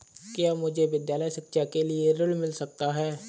क्या मुझे विद्यालय शिक्षा के लिए ऋण मिल सकता है?